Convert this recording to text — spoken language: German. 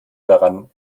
daran